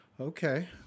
Okay